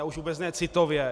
A už vůbec ne citově.